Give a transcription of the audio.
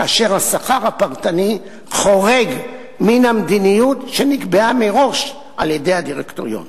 כאשר השכר הפרטני חורג מן המדיניות שנקבעה מראש על-ידי הדירקטוריון.